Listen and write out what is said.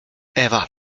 ewa